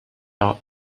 are